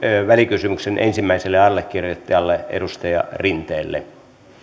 välikysymyksen ensimmäiselle allekirjoittajalle edustaja rinteelle